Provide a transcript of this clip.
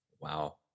Wow